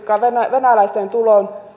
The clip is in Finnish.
venäläisten tulo